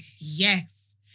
Yes